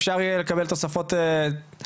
אפשר יהיה לקבל תוספות שכר?